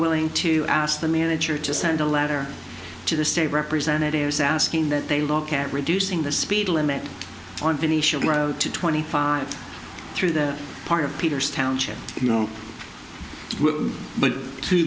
willing to ask the manager to send a letter to the state representatives asking that they look at reducing the speed limit on venetia grow to twenty five through the part of peter's township but to